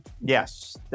Yes